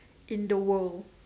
in the world